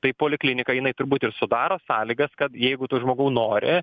tai poliklinika jinai turbūt ir sudaro sąlygas kad jeigu tu žmogau nori